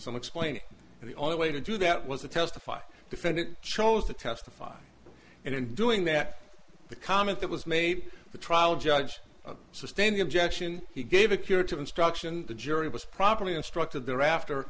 some explaining and the only way to do that was to testify defendant chose to testify and in doing that the comment that was made the trial judge sustain the objection he gave a curative instruction the jury was properly instructed thereafter